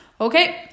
Okay